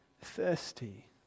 thirsty